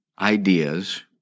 ideas